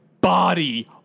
body